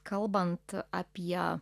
kalbant apie